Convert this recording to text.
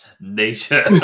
nature